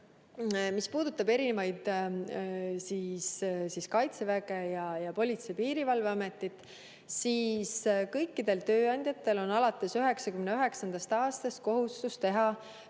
Mis puudutab Kaitseväge ja Politsei- ja Piirivalveametit, siis kõikidel tööandjatel on alates 1999. aastast kohustus teha